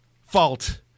fault